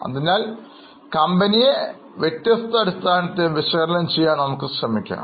അതിനാൽ കമ്പനിയെ വ്യത്യസ്ത അടിസ്ഥാനത്തിൽ വിശകലനം ചെയ്യാൻ നമുക്ക് ശ്രമിക്കാം